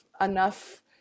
enough